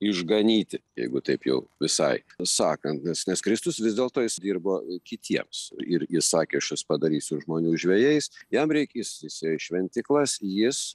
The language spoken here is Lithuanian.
išganyti jeigu taip jau visai sakant nes nes kristus vis dėlto jis dirbo kitiems ir jis sakė aš jus padarysiu žmonių žvejais jam reik jis jisai ir šventyklas jis